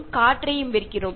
വായു കൂടി വിൽക്കുന്നു